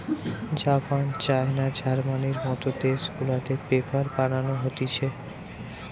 Japan, China, জার্মানির মত দেশ গুলাতে পেপার বানানো হতিছে